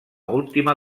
última